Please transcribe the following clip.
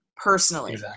Personally